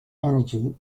energy